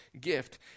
gift